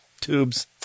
tubes